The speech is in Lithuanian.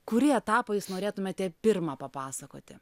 kurį etapą jūs norėtumėte pirmą papasakoti